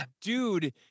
dude